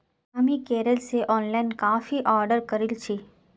हामी केरल स ऑनलाइन काफी ऑर्डर करील छि